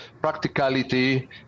practicality